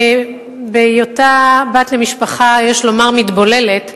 ובהיותה בת למשפחה, יש לומר, מתבוללת,